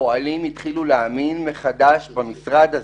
פועלים התחילו להאמין מחדש במשרד הזה.